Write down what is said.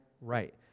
right